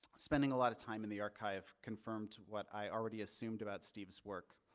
spending a lot of time in the archive confirmed what i already assumed about steve's work.